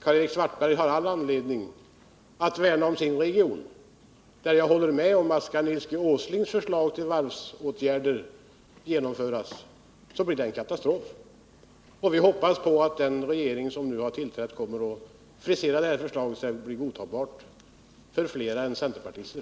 Karl-Erik Svartberg har all anledning att värna om sin region. Jag håller f.ö. med honom om att det skulle bli en katastrof om Nils G. Åslings förslag till varvsåtgärder genomfördes. Vi hoppas att den regering som nu har tillträtt kommer att frisera det här förslaget så att det blir godtagbart för flera än centerpartister.